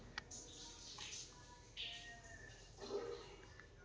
ಕೃಷಿಯನ್ನ ಹೆಚ್ಚ ಉತ್ಪಾದಕವಾಗಿಸಾಕ ಎನ್.ಎಂ.ಎಸ್.ಎ ಅನ್ನೋ ಮಿಷನ್ ಅನ್ನ ಎರ್ಡಸಾವಿರದ ಹದಿನೈದ್ರಾಗ ಪ್ರಾರಂಭಿಸಿದ್ರು